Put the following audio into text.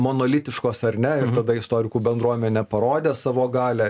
monolitiškos ar ne ir tada istorikų bendruomenė parodė savo galią